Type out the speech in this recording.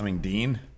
Dean